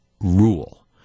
rule